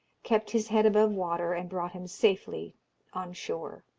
kept his head above water, and brought him safely on shore.